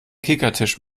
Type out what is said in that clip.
kickertisch